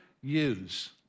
use